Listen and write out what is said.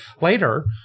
later